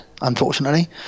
unfortunately